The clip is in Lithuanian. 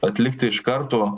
atlikti iš karto